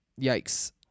Yikes